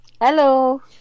Hello